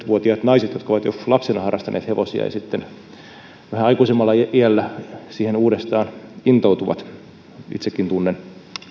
vuotiaat naiset jotka ovat jo lapsena harrastaneet hevosia ja sitten vähän aikuisemmalla iällä siihen uudestaan intoutuvat itsekin tunnen